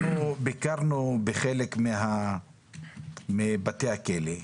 ביקרנו בחלק מבתי הכלא,